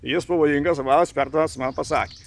jis pavojingas va ekspertas man pasakė